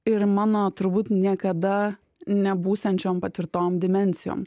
ir mano turbūt niekada nebūsiančiam patirtom dimensijom